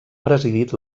presidit